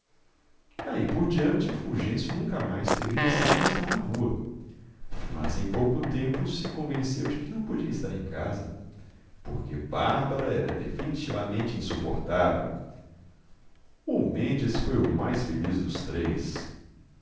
daí por diante o fulgêncio nunca mais teve receio de estar na rua mas em pouco tempo se convenceu de que não podia estar em casa porque bárbara era definitivamente insuportável o mendes foi o mais feliz dos três